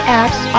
apps